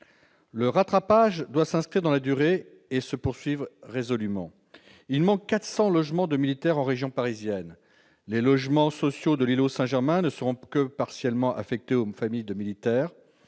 Le rattrapage doit s'inscrire dans la durée et se poursuivre résolument. Il manque 400 logements de militaires en région parisienne. Les logements sociaux de l'îlot Saint-Germain ne seront que partiellement affectés aux familles des militaires